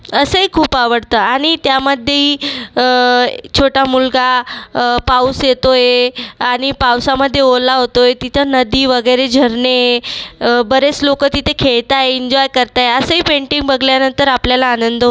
असंही खूप आवडतं आणि त्यामध्येही छोटा मुलगा पाऊस येतो आहे आणि पावसामध्ये ओला होतोय तिथं नदी वगैरे झरने बरेच लोक तिथे खेळत आहे इंजॉय करत आहे असंही पेंटिंग बघल्यानंतर आपल्याला आनंद होतो